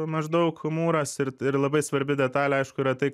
maždaug mūras ir ir labai svarbi detalė aišku yra tai